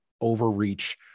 overreach